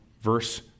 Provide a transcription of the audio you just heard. verse